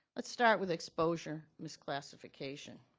let's start with exposure misclassification.